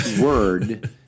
word